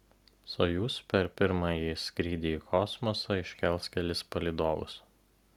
sojuz per pirmąjį skrydį į kosmosą iškels kelis palydovus